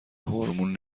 هورمون